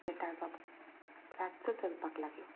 बेताळ बाब रातचो चलपाक लागलो